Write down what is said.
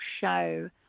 show